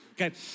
Okay